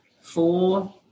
four